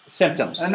symptoms